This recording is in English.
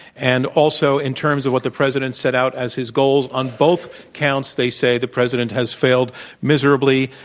and also in terms of what the president set out as his goals. on both counts, they say, the president has failed miserably.